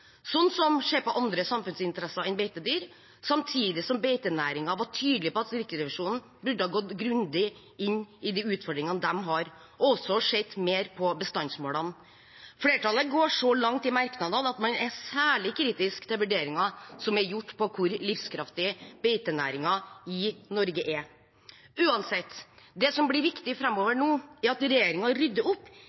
som andre samfunnsinteresser enn beitedyr, samtidig som beitenæringen var tydelig på at Riksrevisjonen burde gått grundig inn i utfordringene den har, og også sett mer på bestandsmålene. Flertallet går så langt i merknadene at man er særlig kritisk til vurderingen som er gjort av hvor livskraftig beitenæringen i Norge er. Det som uansett blir viktig framover nå, er at regjeringen rydder opp